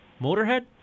motorhead